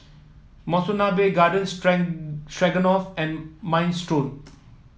Monsunabe Garden Stroganoff and Minestrone